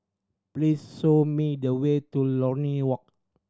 please show me the way to Lornie Walk